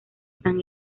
están